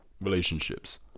relationships